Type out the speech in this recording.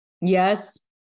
Yes